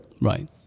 Right